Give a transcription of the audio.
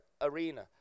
arena